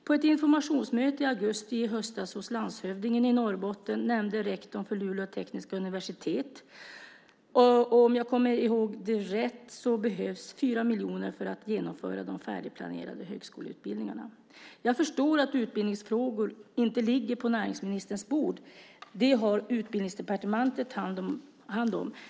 På ett informationsmöte i augusti hos landshövdingen i Norrbotten nämnde rektorn för Luleå tekniska universitet, om jag kommer ihåg det rätt, att det behövs 4 miljoner för att genomföra de färdigplanerade högskoleutbildningarna. Jag förstår att utbildningsfrågorna inte ligger på näringsministerns bord. De har Utbildningsdepartementet hand om.